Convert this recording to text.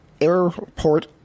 airport